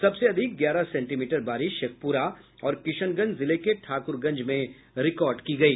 सबसे अधिक ग्यारह सेंटीमीटर बारिश शेखपुरा और किशनगंज जिले के ठाकुरगंज में रिकार्ड की गयी